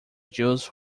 jews